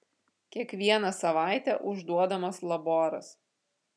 kiekvieną savaitę užduodamas laboras